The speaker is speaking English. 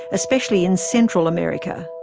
especially in central america.